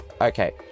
Okay